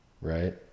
Right